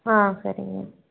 ஆ சரிங்க